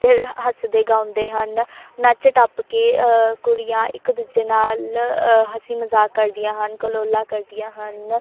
ਅਤੇ ਹੱਸਦੇ ਗਾਉਂਦੇ ਹਨ ਨੱਚ ਟੱਪ ਕੇ ਕੁੜੀਆਂ ਇੱਕ ਦੂਜੇ ਨਾਲ ਹਸੀ ਮਜ਼ਾਕ ਕਰਦੀਆਂ ਹਨ ਕਲੋਲਾਂ ਕਰਦੀਆਂ ਹਨ